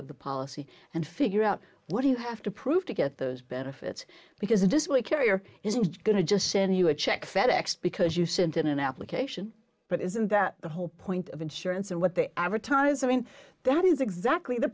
of the policy and figure out what do you have to prove to get those benefits because in this way a carrier isn't going to just send you a check fedex because you sent in an application but isn't that the whole point of insurance and what they advertise i mean that is exactly the